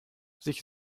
sich